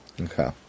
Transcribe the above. Okay